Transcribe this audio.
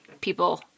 people